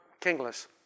kingless